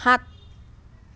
সাত